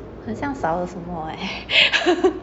很像少了什么 leh